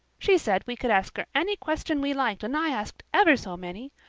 she said we could ask her any question we liked and i asked ever so many.